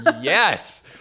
yes